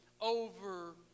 over